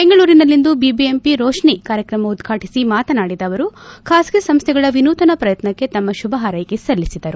ಬೆಂಗಳೂರಿನಲ್ಲಿಂದು ಬಿಬಿಎಂಪಿ ರೋತಿನಿ ಕಾರ್ಯಕ್ರಮ ಉದ್ವಾಟಿಸಿ ಮಾತನಾಡಿದ ಅವರು ಖಾಸಗಿ ಸಂಸ್ಥೆಗಳ ವಿನೂತನ ಪ್ರಯತ್ವಕ್ಷೆ ತಮ್ಮ ಶುಭ ಹಾರ್ವೆಕೆ ಸಲ್ಲಿಸಿದರು